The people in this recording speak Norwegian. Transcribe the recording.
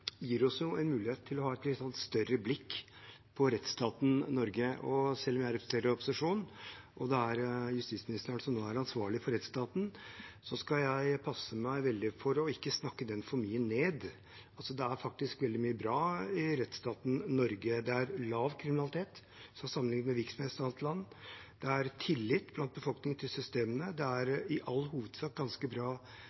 gir oss en mulighet til å ha et litt større blikk på rettsstaten Norge. Og selv om jeg representerer opposisjonen og det er justisministeren som nå er ansvarlig for rettsstaten, skal jeg passe meg veldig for å snakke den for mye ned. Det er faktisk mye bra i rettsstaten Norge. Det er lav kriminalitet sammenlignet med hvilket som helst annet land. Det er tillit i befolkningen til systemene. Det er